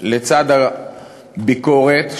לצד הביקורת,